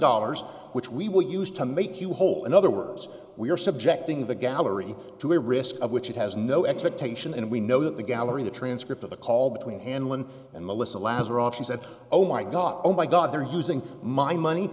dollars which we will use to make you whole in other words we are subjecting the gallery to a risk of which he has no expectation and we know that the gallery the transcript of a call between hanlon and melissa lazaroff she said oh my god oh my god they're using my money